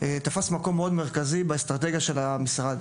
תפס מקום מאוד מרכזי באסטרטגיה של המשרד.